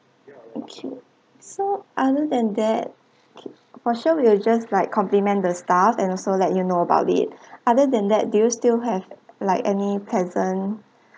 okay so other than that for sure we will just like compliment the staff and also let you know about it other than that do you still have like any pleasant